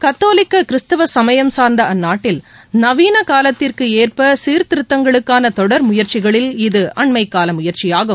கத்தோலிக்க கிறிஸ்துவ சமயம் சார்ந்த அந்நாட்டில் நவீன காலத்திற்கு ஏற்ப சீர்திருத்தங்களுக்கான தொடர் முயற்சிகளில் இது அண்மைக்கால முயற்சியாகும்